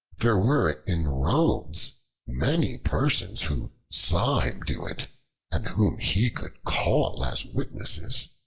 there were in rhodes many persons who saw him do it and whom he could call as witnesses.